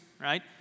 Right